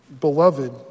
beloved